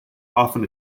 often